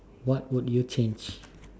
what would you change